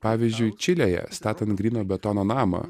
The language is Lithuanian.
pavyzdžiui čilėje statant gryno betono namą